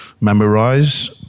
memorize